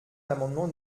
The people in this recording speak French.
l’amendement